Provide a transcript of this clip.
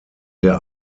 der